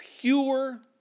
pure